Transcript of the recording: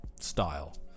style